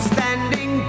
Standing